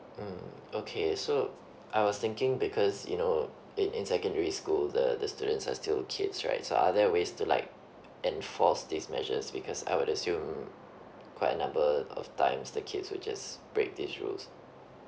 mm okay so I was thinking because you know in in secondary school the the students are still kids right so are there a way to like enforce this measures because I would assume quite a number of times the kids will just break these rules